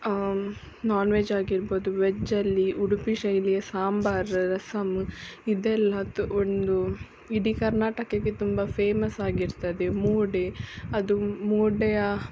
ನಾನ್ veg ಆಗಿರ್ಬೋದು ವೆಜ್ಜಲ್ಲಿ ಉಡುಪಿ ಶೈಲಿಯ ಸಾಂಬಾರು ರಸಮ್ ಇದೆಲ್ಲದು ಒಂದು ಇಡಿ ಕರ್ನಾಟಕಕ್ಕೆ ತುಂಬ ಫೇಮಸ್ ಆಗಿರ್ತದೆ ಮೂಡೆ ಅದು ಮೂಡೆಯ